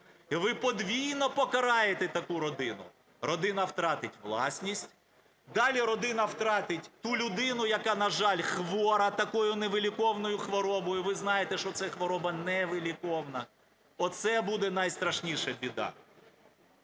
І ви подвійно покараєте таку родину. Родина втратить власність. Далі родина втратить ту людину, яка, на жаль, хвора такою невиліковною хворобою. Ви знаєте, що ця хвороба невиліковна. Оце буде найстрашніша біда.